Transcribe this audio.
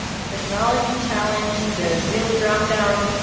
technology challenge, the zoom drop-down,